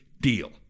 deal